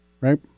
Right